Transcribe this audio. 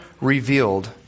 revealed